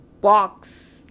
box